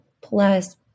plus